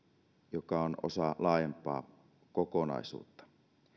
joka on osa laajempaa kokonaisuutta